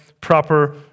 proper